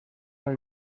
are